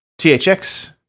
THX